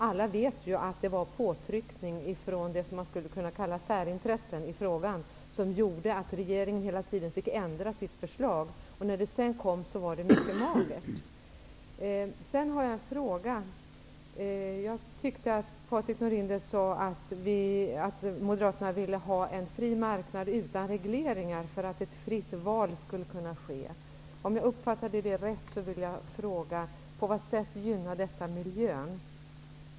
Alla vet att det var påtryckningar från vad man skulle kunna kalla särintressen i frågan som gjorde att regeringen hela tiden fick ändra sitt förslag. När det sedan kom var det mycket magert. Jag tyckte att Patrik Norinder sade att Moderaterna vill ha en fri marknad utan regleringar, för att ett fritt val skall kunna ske. Om jag uppfattade det rätt skulle jag vilja fråga: På vad sätt gynnar detta miljön?